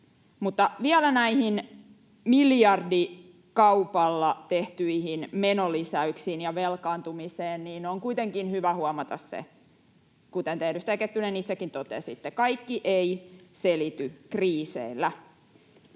vielä näihin miljardikaupalla tehtyihin menolisäyksiin ja velkaantumiseen. On kuitenkin hyvä huomata se — kuten te, edustaja Kettunen, itsekin totesitte — että kaikki ei selity kriiseillä.